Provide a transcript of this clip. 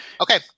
okay